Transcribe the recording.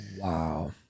Wow